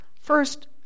First